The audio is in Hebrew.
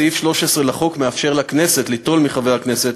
סעיף 13 לחוק מאפשר לכנסת ליטול מחבר הכנסת